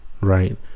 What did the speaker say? right